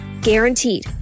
Guaranteed